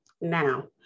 Now